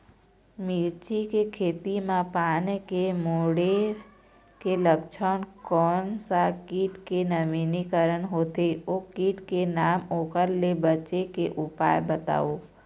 मिर्ची के खेती मा पान के मुड़े के लक्षण कोन सा कीट के नवीनीकरण होथे ओ कीट के नाम ओकर ले बचे के उपाय बताओ?